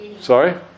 Sorry